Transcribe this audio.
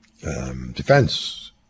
defense